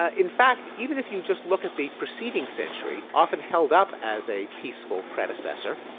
ah in fact, even if you just look at the proceeding century often held up as a peaceful predecessor,